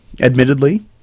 admittedly